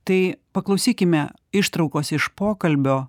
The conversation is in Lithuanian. tai paklausykime ištraukos iš pokalbio